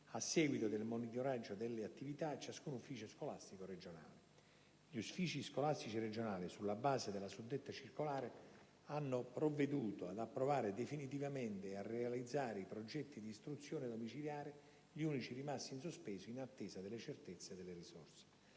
a seguito del monitoraggio delle attività, a ciascun Ufficio scolastico regionale. Gli Uffici scolastici regionali, sulla base della suddetta circolare, hanno provveduto ad approvare definitivamente e a realizzare i progetti di istruzione domiciliare, gli unici rimasti in sospeso, in attesa della certezza delle risorse.